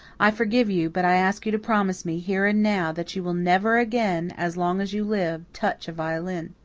i forgive you, but i ask you to promise me, here and now, that you will never again, as long as you live, touch a violin.